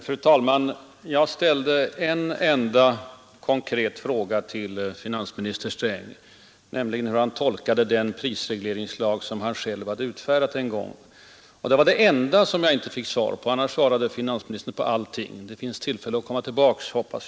Fru talman! Jag ställde en enda konkret fråga till finansminister Sträng, nämligen hur han tolkade den prisregleringslag som han själv hade utfärdat. Det var det enda som finansministern inte gick in på — annars tog han upp allting. Han har tillfälle att komma tillbaka.